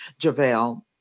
JaVale